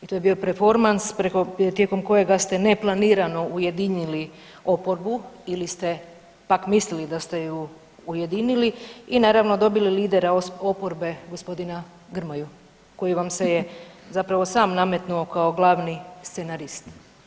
To je bio performans tijekom kojega ste neplanirano ujedinili oporbu ili ste pak mislili da ste je ujedinili i naravno dobili lidera oporbe gospodina Grmoju koji vam se je zapravo sam nametnuo kao glavni scenarist.